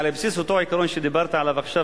על בסיס אותו עיקרון שדיברת עליו עכשיו,